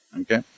Okay